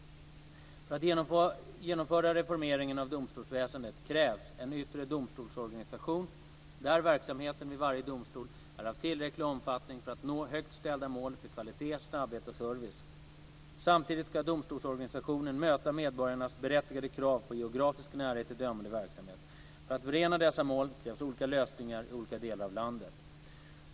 För att genomföra reformeringen av domstolsväsendet krävs en yttre domstolsorganisation där verksamheten vid varje domstol är av tillräcklig omfattning för att nå högt ställda mål för kvalitet, snabbhet och service. Samtidigt ska domstolsorganisationen möta medborgarnas berättigade krav på geografisk närhet till dömande verksamhet. För att förena dessa mål krävs olika lösningar i olika delar av landet.